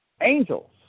angels